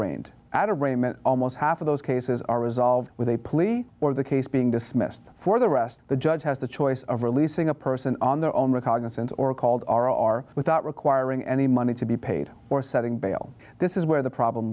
arraigned out of arraignment almost half of those cases are resolved with a plea or the case being dismissed for the rest the judge has the choice of releasing a person on their own recognizance or called r r without requiring any money to be paid or setting bail this is where the problem